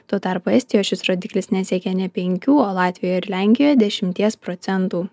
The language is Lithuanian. tuo tarpu estijoje šis rodiklis nesiekia nė penkių o latvijoje ir lenkijoje dešimties procentų